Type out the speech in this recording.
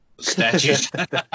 statue